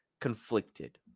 conflicted